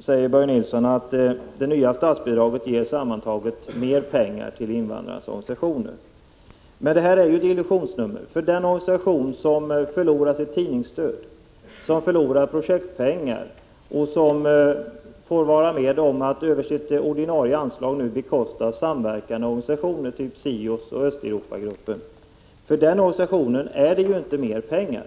säger Börje Nilsson att det nya statsbidraget sammantaget ger mer pengar till invandrarnas organisationer. Men det är en illusion. För den organisation som förlorar sitt tidningsstöd, som förlorar projektpengar och som får vara med om att över sitt ordinarie anslag nu bekosta samverkan av organisationer i SIOS och Östeuropagruppen m.m. har ju inte mer pengar.